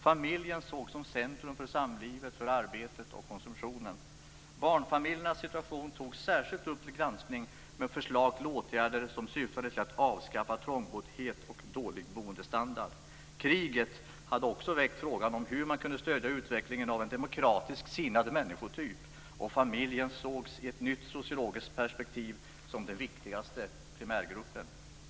Familjen sågs som centrum för samlivet, arbetet och konsumtionen. Barnfamiljernas situation togs särskilt upp till granskning med förslag till åtgärder som syftade till att avskaffa trångboddhet och dålig boendestandard. Kriget hade också väckt frågan om hur man kunde stödja utvecklingen av en demokratiskt sinnad människotyp, och familjerna sågs i ett nytt sociologiskt perspektiv som den viktigaste primärgruppen.